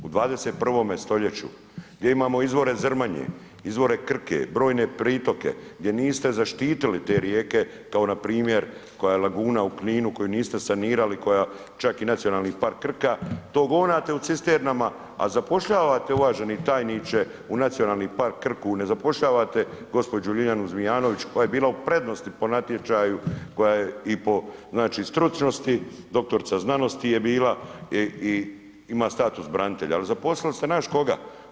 U 21. st. gdje imamo izvore Zrmanje, izvore Krke, brojne pritoke, gdje niste zaštitili te rijeke, kao npr. kao laguna u Kninu koju niste sanirali, koja čak i Nacionalni park Krka to gonate u cisternama, a zapošljavate, uvaženi tajniče u Nacionalni park Krku, ne zapošljavate gđu. Ljiljanu Zmijanović, koja je bila u prednosti po natječaju, koja je i po stručnosti, dr. znanosti je bila i ima status branitelja, ali zaposlili ste, znaš koga?